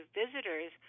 visitors